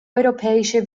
europäische